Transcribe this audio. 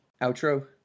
outro